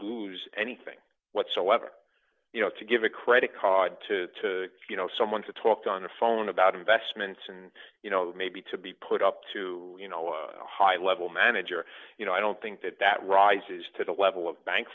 lose anything whatsoever you know to give a credit card to you know someone to talk to on the phone about investments and you know maybe to be put up to you know high level manager you know i don't think that that rises to the level of bank